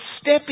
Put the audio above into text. step